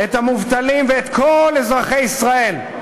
את המובטלים ואת כל אזרחי ישראל,